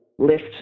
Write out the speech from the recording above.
Lift